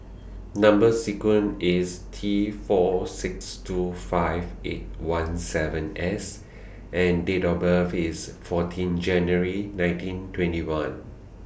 Number sequence IS T four six two five eight one seven S and Date of birth IS fourteen January nineteen twenty one